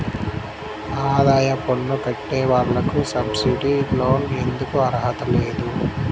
ఆదాయ పన్ను కట్టే వాళ్లకు సబ్సిడీ లోన్ ఎందుకు అర్హత లేదు?